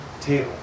table